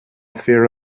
fear